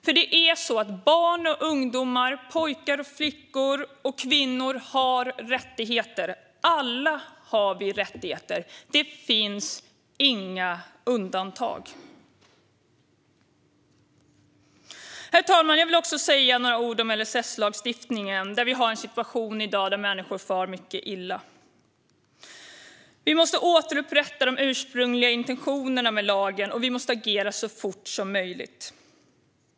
För det är så att barn och ungdomar, pojkar och flickor och kvinnor har rättigheter. Alla har vi rättigheter - det finns inga undantag. Herr talman! Jag vill också säga några ord om LSS-lagstiftningen, där vi i dag har en situation där människor far mycket illa. Vi måste återupprätta de ursprungliga intentionerna med lagen, och vi måste agera så fort som möjligt.